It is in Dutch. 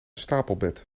stapelbed